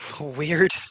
weird